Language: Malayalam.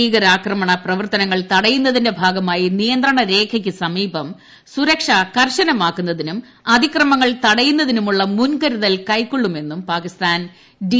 ഭീകരാക്രമണ പ്രവർത്തനങ്ങൾ തടയുന്നതിന്റെ ഭാഗമായി നിയന്ത്രണരേഖയ്ക്ക് സമീപം സുരക്ഷ കർശനമാക്കുന്നതിനും അതിക്രമങ്ങൾ തടയുന്നതിനുള്ള മുൻകരുതൽ കൈക്കൊള്ളുമെന്നും പാകിസ്ഥാൻ ഡി